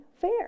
fair